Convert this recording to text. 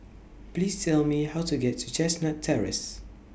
Please Tell Me How to get to Chestnut Terrace